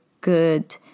good